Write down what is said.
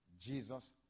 Jesus